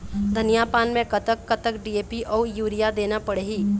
धनिया पान मे कतक कतक डी.ए.पी अऊ यूरिया देना पड़ही?